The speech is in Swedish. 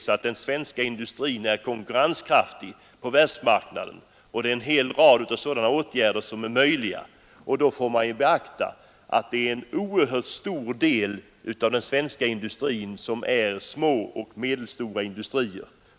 så att den svenska industrin är konkurrenskraftig på världsmarknaden. En hel rad åtgärder i den riktningen är möjliga, och vi måste beakta att en mycket stor del av den svenska industrin består av små och medelstora industrier.